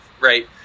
Right